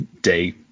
day